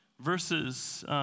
verses